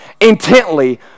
intently